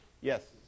Yes